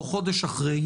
או אפילו חודש אחרי,